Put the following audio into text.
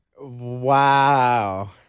Wow